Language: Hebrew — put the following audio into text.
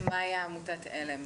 מאיה, עמותת על"ם.